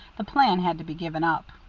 the plan had to be given up.